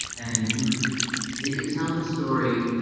and you could they could tell the story